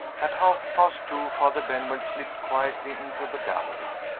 at half-past two father benwell slipped quietly into the gallery.